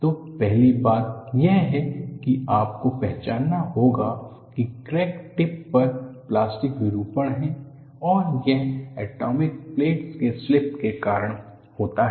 तो पहली बात यह है कि आपको पहचानना होगा कि क्रैक टिप पर प्लास्टिक विरूपण है और यह ऐटामिक प्लेनस के स्लिप के कारण होता है